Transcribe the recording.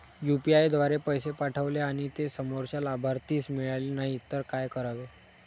UPI द्वारे पैसे पाठवले आणि ते समोरच्या लाभार्थीस मिळाले नाही तर काय करावे?